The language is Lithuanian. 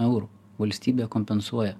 eurų valstybė kompensuoja